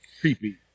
creepy